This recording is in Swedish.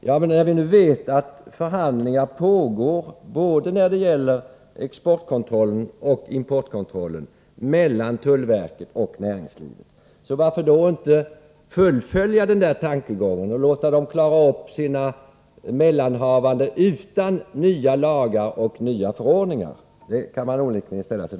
Men när vi nu vet att förhandlingar mellan tullverket och näringslivet pågår när det gäller både exportkontrollen och importkontrollen, varför då inte fullfölja denna tankegång och låta dem klara upp sina mellanhavanden utan nya lagar och förordningar? Den frågan kan man onekligen ställa sig.